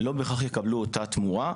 לא בהכרח יקבלו אותה תמורה.